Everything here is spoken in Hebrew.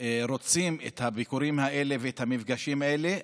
רוצים את הביקורים האלה ואת המפגשים האלה,